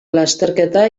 lasterketa